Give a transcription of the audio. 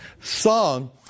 song